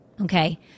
Okay